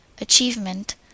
achievement